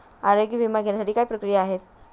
आरोग्य विमा घेण्यासाठी काय प्रक्रिया आहे?